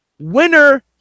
Winner